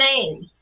name